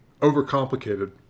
overcomplicated